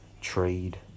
trade